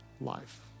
life